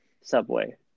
subway